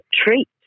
treat